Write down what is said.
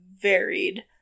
varied